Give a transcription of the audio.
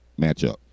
matchup